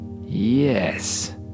Yes